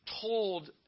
told